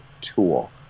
tool